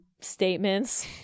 statements